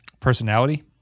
personality